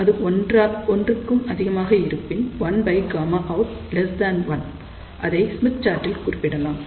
இது ஒன்றுக்கு அதிகமாக இருப்பின் 1|Γout|1 அதை ஸ்மித் சார்ட்டில் குறிப்பிடலாம்